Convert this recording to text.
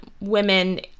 women